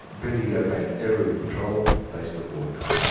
bendigo bank aerial patrol based at wollongong.